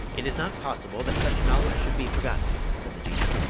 it is not possible that such knowledge should be forgotten, said the jinnee,